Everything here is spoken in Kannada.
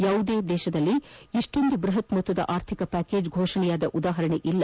ಯಾವುದೇ ದೇಶದಲ್ಲಿ ಇಷ್ಸೊಂದು ಬೃಹತ್ ಮೊತ್ತದ ಆರ್ಥಿಕ ಪ್ಲಾಕೇಜ್ ಘೊಷಣೆಯಾದ ಉದಾಹರಣೆಗಳಿಲ್ಲ